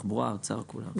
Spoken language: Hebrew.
משרד התחבורה, האוצר, כולם.